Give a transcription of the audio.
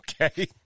Okay